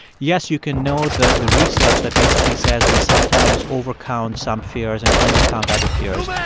yes, you can know the the research that basically says we sometimes overcount some fears and undercount other fears,